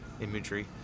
imagery